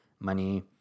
money